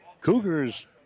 Cougars